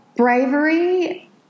Bravery